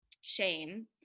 shame